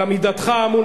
על עמידתך מול